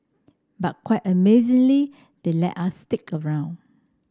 but quite amazingly they let us stick around